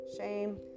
shame